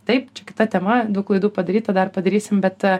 taip čia kita tema daug klaidų padaryta dar padarysim bet